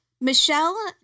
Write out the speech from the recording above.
Michelle